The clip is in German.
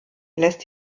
lässt